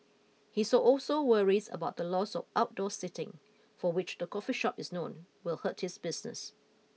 he's also worries about the loss of outdoor seating for which the coffee shop is known will hurt his business